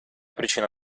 причина